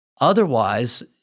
Otherwise